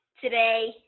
today